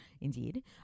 Indeed